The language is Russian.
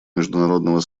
международного